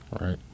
right